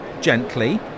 gently